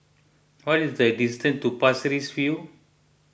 what is the distance to Pasir Ris View